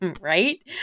right